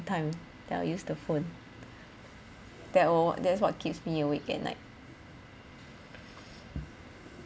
time then I'll use the phone that oh that's what keeps me awake at night